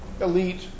elite